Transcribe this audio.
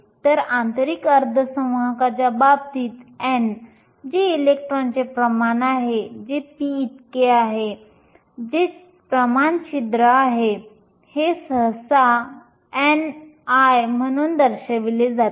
तर आंतरिक अर्धसंवाहकांच्या बाबतीत n जे इलेक्ट्रॉनचे प्रमाण आहे जे p इतके आहे जे प्रमाण छिद्र आहे आणि हे सहसा ni म्हणून दर्शविले जाते